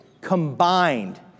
Combined